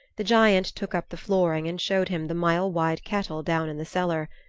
the giant took up the flooring and showed him the mile-wide kettle down in the cellar.